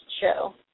show